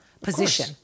position